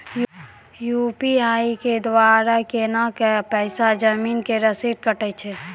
UPI के द्वारा केना कऽ पैसा जमीन के रसीद कटैय छै?